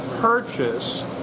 purchase